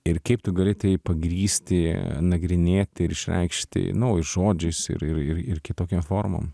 ir kaip tu gali tai pagrįsti nagrinėti ir išreikšti nu žodžiais ir ir ir ri kitokiom formom